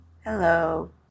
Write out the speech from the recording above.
Hello